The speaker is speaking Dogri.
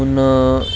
हून